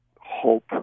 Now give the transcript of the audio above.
hope